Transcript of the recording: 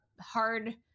hard